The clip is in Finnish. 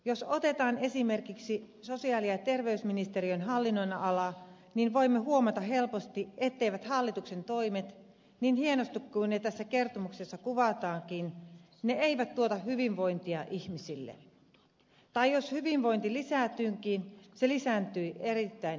jos otetaan esimerkiksi sosiaali ja terveysministeriön hallinnonala niin voimme huomata helposti etteivät hallituksen toimet niin hienosti kuin ne tässä kertomuksessa kuvataankin tuota hyvinvointia ihmisille tai jos hyvinvointi lisääntyykin se lisääntyy erittäin epätasaisesti